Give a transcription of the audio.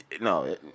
No